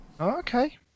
Okay